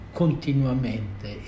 continuamente